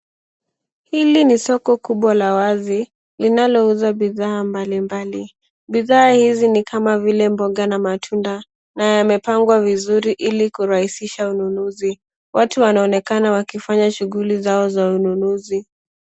Hili ni soko kubwa la wazi, linalouza bidhaa mbalimbali. Bidhaa hizi ni kama vile mboga na matunda na yamepangwa vizuri ili kurahisisha ununuzi. Watu wanaonekana wakifanya shughuli zao za ununuzi.